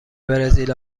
برزیل